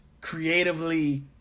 creatively